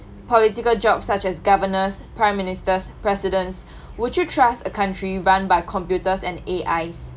political jobs such as governors prime ministers presidents would you trust a country run by computers and A_Is